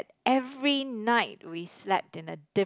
every night we slept in a